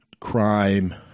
crime